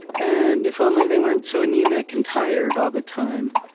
and if only they weren't so anemic and tired all the time,